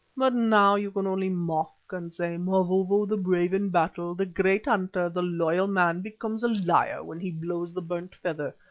but now you can only mock and say, mavovo the brave in battle, the great hunter, the loyal man, becomes a liar when he blows the burnt feather,